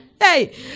Hey